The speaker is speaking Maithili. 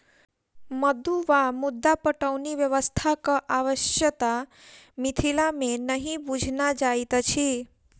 मद्दु वा मद्दा पटौनी व्यवस्थाक आवश्यता मिथिला मे नहि बुझना जाइत अछि